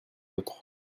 autres